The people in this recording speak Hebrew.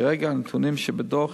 כרגע, הנתונים שבדוח